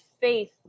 faith